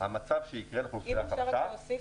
אם אפשר רק להוסיף,